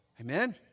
Amen